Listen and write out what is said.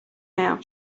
now